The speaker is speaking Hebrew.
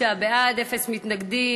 45 בעד, אפס מתנגדים.